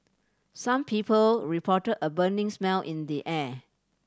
some people reported a burning smell in the air